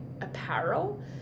apparel